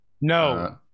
No